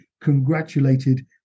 congratulated